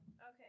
Okay